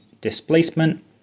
Displacement